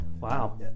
Wow